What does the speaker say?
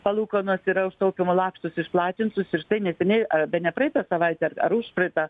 palūkanos yrauž taupymo lakštus išplatintus ir štai neseniai a bene praeitą savaitę ar užpraeitą